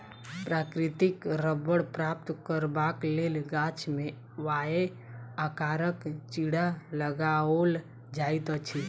प्राकृतिक रबड़ प्राप्त करबाक लेल गाछ मे वाए आकारक चिड़ा लगाओल जाइत अछि